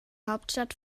hauptstadt